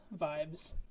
vibes